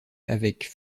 avec